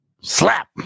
Slap